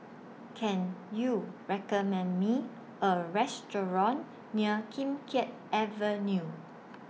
Can YOU recommend Me A Restaurant near Kim Keat Avenue